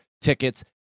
tickets